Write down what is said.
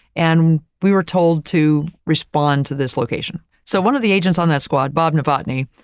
and we were told to respond to this location. so, one of the agents on that squad bob novotny,